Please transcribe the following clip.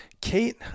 Kate